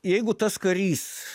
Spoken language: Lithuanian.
jeigu tas karys